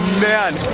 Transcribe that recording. man!